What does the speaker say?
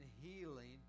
healing